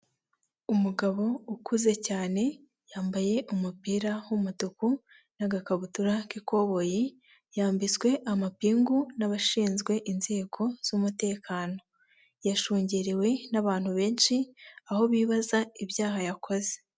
Umugabo ukuze cyane yambaye umupira w'umutuku n'agakabutura k'ikoboyi yambitswe amapingu n'abashinzwe inzego z'umutekano yashungerewe n'abantu benshi aho bibaza ibyaha yakoze.